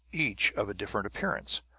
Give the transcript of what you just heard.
each of a different appearance,